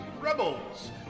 Rebels